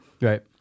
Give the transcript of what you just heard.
Right